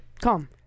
Come